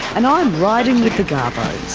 and i'm riding with the garbos.